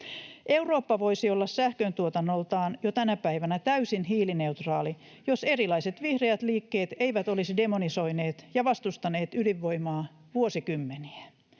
Eurooppa voisi olla sähköntuotannoltaan jo tänä päivänä täysin hiilineutraali, jos erilaiset vihreät liikkeet eivät olisi demonisoineet ja vastustaneet ydinvoimaa vuosikymmeniä.